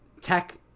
tech